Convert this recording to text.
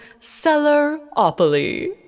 Cellaropoly